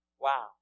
Wow